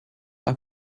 are